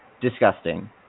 disgusting